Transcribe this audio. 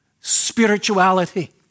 Spirituality